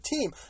team